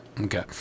okay